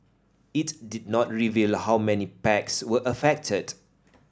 it did not reveal how many packs were affected